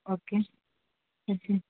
okay yes yes